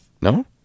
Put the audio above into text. No